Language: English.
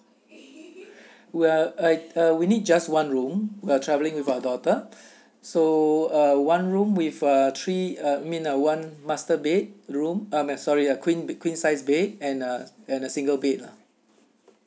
well I uh we need just one room we are travelling with our daughter so uh one room with a three a meant one master bed room ah I'm sorry ya queen size bed and a and a single bed lah